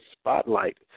spotlight